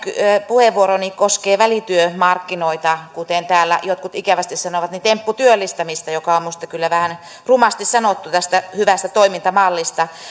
puheenvuoroni koskee välityömarkkinoita tai kuten täällä jotkut ikävästi sanovat tempputyöllistämistä mikä on minusta kyllä vähän rumasti sanottu tästä hyvästä toimintamallista